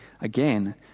Again